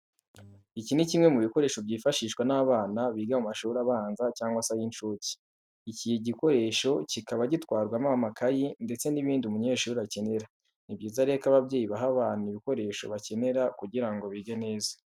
Iki ni kimwe mu bikoresho byifashishwa n'abana biga mu mashuri abanza cyangwa se y'incuke. Iki gikoresho kikabi gitwarwamo amakayi ndetse n'ibindi umunyeshuri akenera. Ni byiza rero ko ababyeyi baha abana ibikoresho bakenera kugira ngo bige neza.